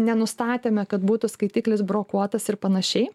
nenustatėme kad būtų skaitiklis brokuotas ir panašiai